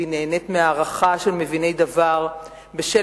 והיא נהנית מהערכה של מביני דבר בשל